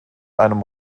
einem